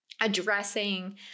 addressing